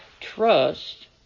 trust